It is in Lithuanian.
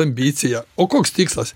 ambiciją o koks tikslas